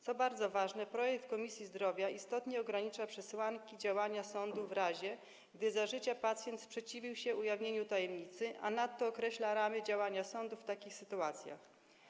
Co bardzo ważne, projekt komisji istotnie ogranicza przesłanki działania sądu w przypadku, gdy za życia pacjent sprzeciwił się ujawnieniu tajemnicy, a nadto określa ramy działania sądu w takich sytuacjach.